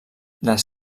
les